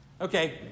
Okay